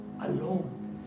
alone